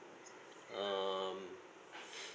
um